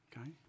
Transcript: Okay